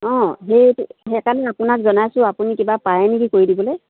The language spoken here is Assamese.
অঁ সেই সেইকাৰণে আপোনাক জনাইছোঁ আপুনি কিবা পাৰে নেকি কৰি দিবলৈ